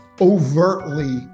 overtly